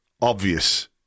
obvious